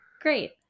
Great